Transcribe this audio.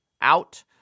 out